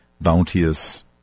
bounteous